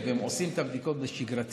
והם עושים את הבדיקות בשגרה,